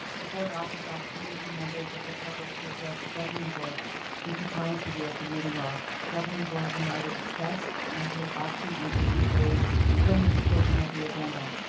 the board offers opportunity for members of the public to address the governing board in compliance with the open-meeting law. the governing board will neither discuss nor take action on issues raised during this portion of the agenda.